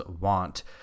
want